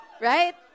Right